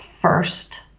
First